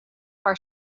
paar